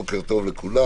בוקר טוב לכולם.